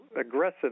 aggressive